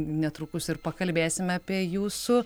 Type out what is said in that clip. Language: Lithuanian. netrukus ir pakalbėsime apie jūsų